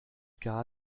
gar